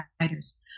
writers